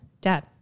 dad